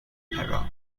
opera